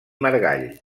margall